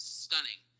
stunning